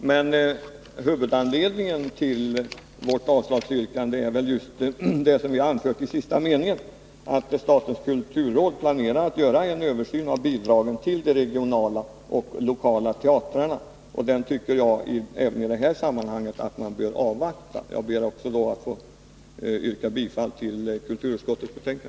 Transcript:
Men huvudanledningen till avslagsyrkandet är väl vad som sägs i sista meningen, nämligen ”att statens kulturråd planerar att göra en översyn av bidragen till de regionala och lokala teatrarna”. Även i detta sammanhang bör man, enligt min mening, avvakta denna översyn. Jag ber att få yrka bifall till kulturutskottets hemställan.